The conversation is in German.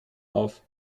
auf